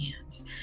hands